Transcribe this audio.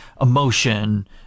emotion